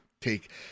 take